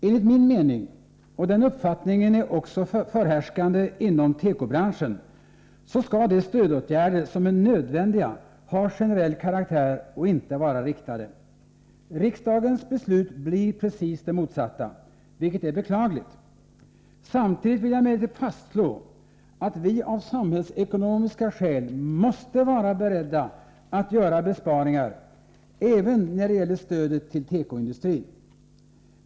Enligt min mening — och den uppfattningen är också förhärskande inom tekobranschen — skall de stödåtgärder som är nödvändiga ha generell karaktär och inte vara riktade. Riksdagens beslut blir precis det motsatta, vilket är beklagligt. Samtidigt vill jag emellertid fastslå att vi av samhällsekonomiska skäl måste vara beredda att göra besparingar, även när det gäller stödet till tekoindustrin.